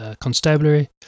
constabulary